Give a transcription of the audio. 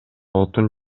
отун